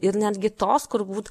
ir netgi tos kur būt